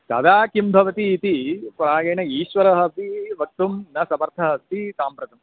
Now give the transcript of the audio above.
कदा किं भवति इति प्रायेण ईश्वरः अपि वक्तुं न समर्थः अस्ति सांप्रतम्